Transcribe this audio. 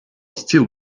still